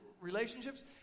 relationships